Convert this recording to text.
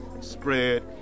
spread